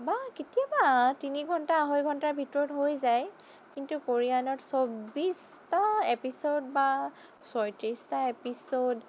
বা কেতিয়াবা তিনিঘণ্টা আঢ়ৈঘণ্টাৰ ভিতৰত হৈ যায় কিন্তু কোৰিয়ানত চৈব্বিছটা এপিছটদ বা ছয়ত্ৰিছতা এপিছটদ